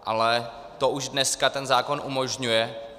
Ale to už dneska ten zákon umožňuje.